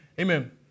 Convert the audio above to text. Amen